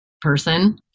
person